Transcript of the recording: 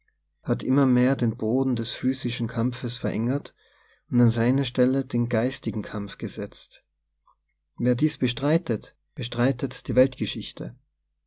hat immer mehr den boden des physischen kampfes verengert und an seine stelle den geistigen kampf gesetzt wer dies bestreitet bestreitet die weltgeschichte